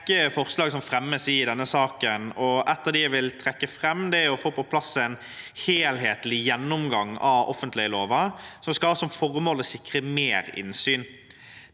er en rekke forslag som fremmes i denne saken, og et jeg vil trekke fram, er å få på plass en helhetlig gjennomgang av offentlighetsloven, som skal ha som formål å sikre mer innsyn.